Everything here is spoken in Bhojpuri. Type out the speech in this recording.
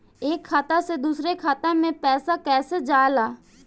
एक खाता से दूसर खाता मे पैसा कईसे जाला?